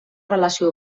relació